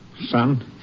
Son